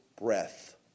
breath